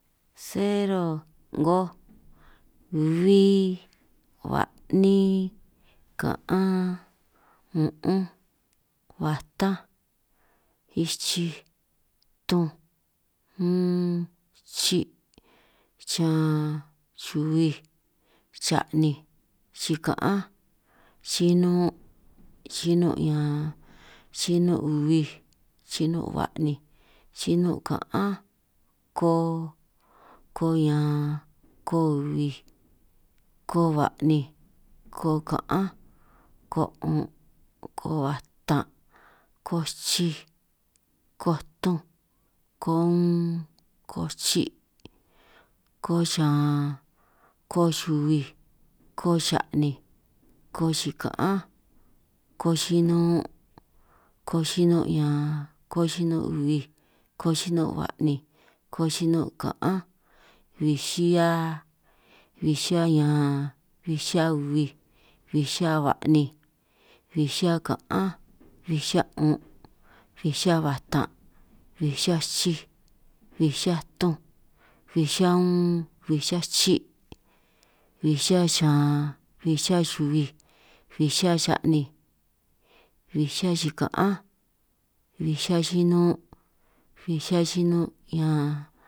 Cero, 'ngoj, bbi, ba'nin, ka'an, un'unj, batanj, ichij, tunj, un, chi', xan, xuhuij, xa'ninj, xika'anj, xinun', xinun' ñan, xinun' bij, xinun' ba'ninj, xinun' ka'ánj, ko, ko ñan, ko bij, ko ba'ninj ko ka'anj, ko 'un', ko huatan', ko chij, ko tunj, ko un, ko chi' ko xan, ko xuhuij, ko xa'ninj, ko xika'ánj, ko xinun', ko xinun' ñan, ko xinun' bij, ko xinun' ba'ninj, ko xinun' ka'anj, bij xihia, bij xihia ñan, bij xihia bij, bij xihia ba'ninj, bij xihia ba'ninj, bij xihia ka'anj, bij xihia 'un', bij xihia ba'tan', bij xihia chij, bij xihia tunj, bij xihia unn, bij xihia chi', bij xihia xan, bij xihia xuhuij, bij xihia xa'ninj, bij xihia xika'anj, bij xihia xinun', bij xihia xinun' ñan.